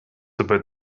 about